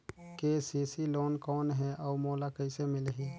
KCC loan कौन हे अउ मोला कइसे मिलही?